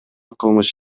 кылмыш